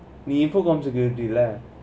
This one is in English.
the infocommunication security lah